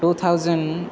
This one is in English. two thousand